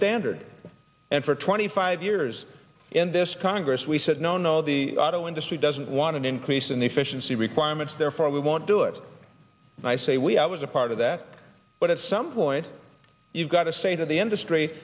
standard and for twenty five years in this congress we said no no the auto industry doesn't want an increase in efficiency requirements therefore we won't do it and i say we i was a part of that but at some point you've got to say to the industry